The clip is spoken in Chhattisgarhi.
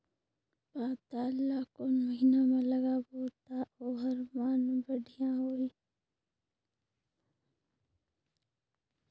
पातल ला कोन महीना मा लगाबो ता ओहार मान बेडिया होही?